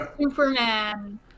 Superman